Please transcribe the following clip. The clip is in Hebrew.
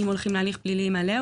אם הולכים להליך פלילי מלא,